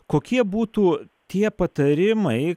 kokie būtų tie patarimai